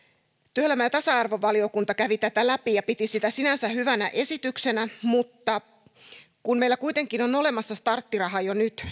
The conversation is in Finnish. työelämä ja tasa arvovaliokunta kävi tätä läpi ja piti sitä sinänsä hyvänä esityksenä mutta kun meillä kuitenkin on olemassa starttiraha jo nyt